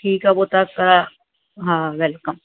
ठीकु आहे पोइ तव्हां कराए हा वैलकम